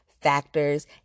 factors